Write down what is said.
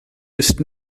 ist